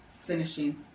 Finishing